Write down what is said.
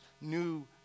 new